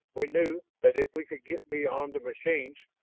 we knew that if we could get beyond the machines,